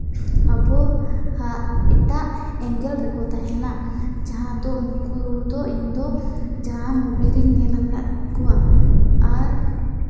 ᱟᱵᱚ ᱟᱜ ᱮᱴᱟᱜ ᱮᱸᱜᱮᱞ ᱨᱮᱠᱚ ᱛᱟᱦᱮᱱᱟ ᱡᱟᱦᱟᱸ ᱫᱚ ᱩᱱᱠᱩ ᱫᱚ ᱤᱧᱫᱚ ᱡᱟᱦᱟᱸ ᱢᱩᱵᱷᱤ ᱨᱮᱧ ᱧᱮᱞ ᱟᱠᱟᱫ ᱠᱚᱣᱟ ᱟᱨ